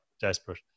desperate